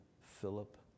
Philip